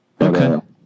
Okay